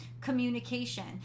communication